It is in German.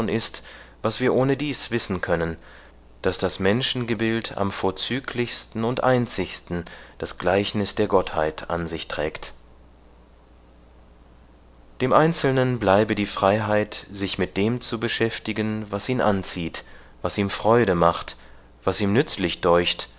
ist was wir ohnedies wissen können daß das menschengebild am vorzüglichsten und einzigsten das gleichnis der gottheit an sich trägt dem einzelnen bleibe die freiheit sich mit dem zu beschäftigen was ihn anzieht was ihm freude macht was ihm nützlich deucht